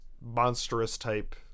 monstrous-type